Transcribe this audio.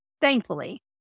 thankfully